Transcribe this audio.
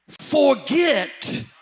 forget